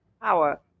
power